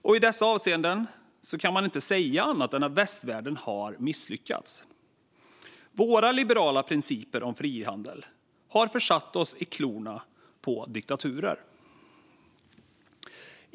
I dessa avseenden kan man inte säga annat än att västvärlden har misslyckats. Våra liberala principer om frihandel har försatt oss i klorna på diktaturer.